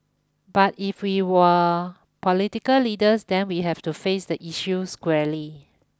but if we were political leaders then we have to face the issue squarely